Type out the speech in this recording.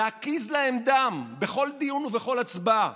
ולהקיז להם דם בכל דיון ובכל הצבעה,